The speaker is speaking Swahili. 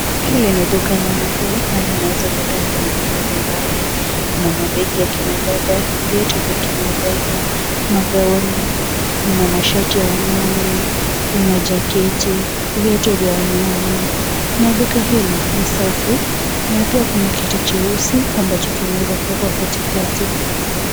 Hili ni duka la manguo na linauza bidhaa mbali mbali kuna mabegi ya kina dada, vyatu vya kina dada Ma gown na mashati ya wanaume. Lina jacket vyatu vya wanaume na duka hili ni safi na pia kuna kiti cheusi ambacho kimeweza kuwekwa kati kati.